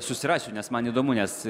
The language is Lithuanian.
susirasiu nes man įdomu nes